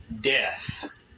death